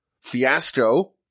fiasco